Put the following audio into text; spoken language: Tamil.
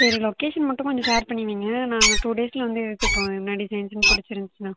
சரி லொக்கேஷன் மட்டும் கொஞ்சம் ஷேர் பண்ணி வைய்ங்க நாங்கள் டூ டேஸில் வந்து எடுத்துக்கிறோம் என்ன டிசைன்ஸும் பிடிச்சிருந்ச்சினா